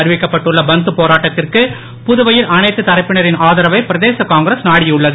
அறிவிக்கப்பட்டுள்ள பந்த போராட்டத்திற்கு புதுவையில் அனைத்து தரப்பினரின் ஆதரவை பிரதேச காங்கிரஸ் நாடியுள்ளது